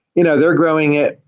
you know they're growing it,